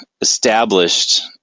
established